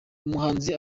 umuhanzi